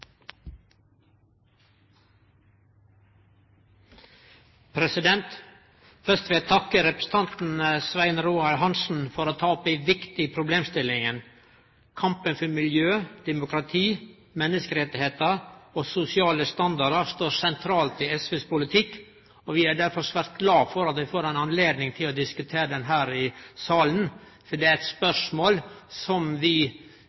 ønsker. Først vil eg takke representanten Svein Roald Hansen for å ta opp denne viktige problemstillinga. Kampen for miljø, demokrati, menneskerettar og sosiale standardar står sentralt i SVs politikk. Vi er derfor svært glade for at vi får høve til å diskutere dette her i salen, for det er eit spørsmål som vi